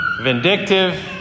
vindictive